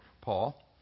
Paul